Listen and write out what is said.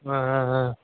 ஆ ஆ ஆ